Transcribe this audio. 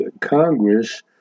Congress